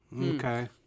okay